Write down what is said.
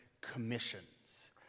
commissions